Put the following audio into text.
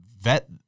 vet